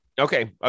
Okay